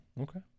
okay